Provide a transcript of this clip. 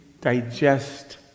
digest